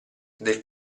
del